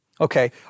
Okay